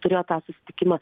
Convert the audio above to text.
turėjo tą susitikimą